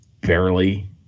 barely